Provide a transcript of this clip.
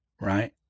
Right